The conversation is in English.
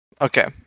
Okay